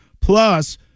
Plus